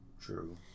True